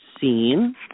seen